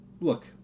Look